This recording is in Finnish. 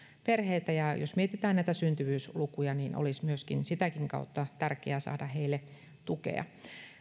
perheitä ja jos mietitään näitä syntyvyyslukuja niin olisi myöskin sitäkin kautta tärkeää saada heille tukea